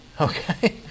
Okay